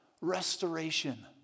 restoration